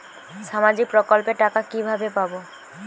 সামাজিক প্রকল্পের টাকা কিভাবে পাব?